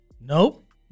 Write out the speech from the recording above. Nope